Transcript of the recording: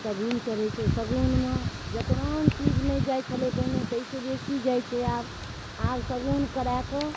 शगुन चढ़ै छै शगुनमे जते आन चीज नहि जाइ छलै पहिने तैसँ बेसी जाइ छै आब आब शगुन करा कऽ